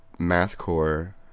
mathcore